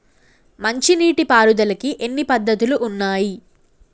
మంచి నీటి పారుదలకి ఎన్ని పద్దతులు ఉన్నాయి?